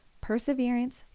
perseverance